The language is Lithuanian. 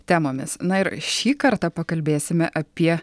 temomis na ir šį kartą pakalbėsime apie